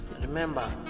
remember